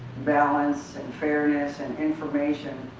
balance and fairness and information,